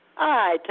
Hi